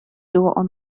ono